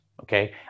Okay